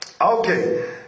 Okay